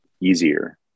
easier